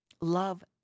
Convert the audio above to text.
Love